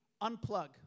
unplug